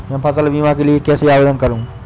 मैं फसल बीमा के लिए कैसे आवेदन कर सकता हूँ?